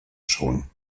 schon